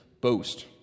boast